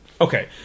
Okay